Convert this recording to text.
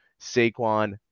Saquon